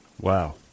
Wow